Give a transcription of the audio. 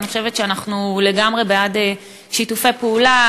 אני חושבת שאנחנו לגמרי בעד שיתופי פעולה.